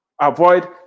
avoid